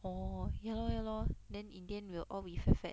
orh ya lor ya lor then in the end we will all be fat fat